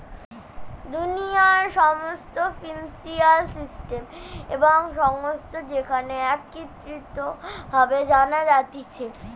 দুনিয়ার সমস্ত financial system এবং সংস্থা যেখানে একত্রিত ভাবে জানা যাতিছে